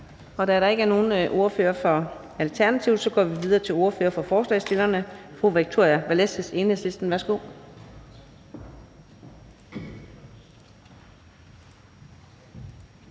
og da der ikke er nogen ordfører fra Alternativet, går vi videre til ordføreren for forslagsstillerne, fru Victoria Velasquez, Enhedslisten. Værsgo.